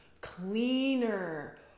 cleaner